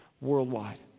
worldwide